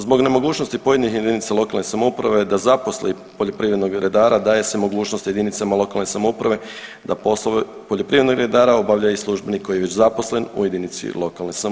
Zbog nemogućnosti pojedinih jedinica lokalne samouprave da zaposli poljoprivrednog redara, daje se mogućnost jedinicama lokalne samouprave da poslove poljoprivrednih redara obavlja i službenik koji je već zaposlen u jedinici lokalne samouprave.